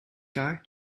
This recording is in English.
guy